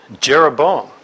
Jeroboam